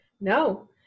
No